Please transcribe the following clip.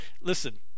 listen